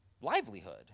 livelihood